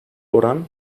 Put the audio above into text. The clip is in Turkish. oran